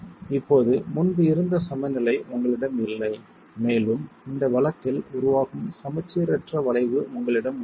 இப்போது முன்பு இருந்த சமச்சீர்நிலை உங்களிடம் இல்லை மேலும் இந்த வழக்கில் உருவாகும் சமச்சீரற்ற வளைவு உங்களிடம் உள்ளது